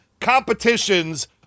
competitions